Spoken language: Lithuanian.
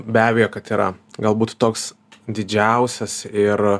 be abejo kad yra galbūt toks didžiausias ir